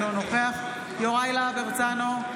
אינו נוכח יוראי להב הרצנו,